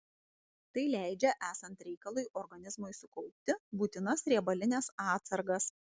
tai leidžia esant reikalui organizmui sukaupti būtinas riebalines atsargas